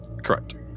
Correct